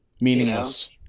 meaningless